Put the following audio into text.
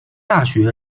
大学